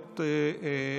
ונכונות.